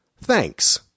Thanks